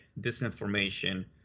disinformation